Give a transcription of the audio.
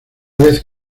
vez